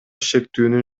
шектүүнүн